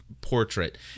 portrait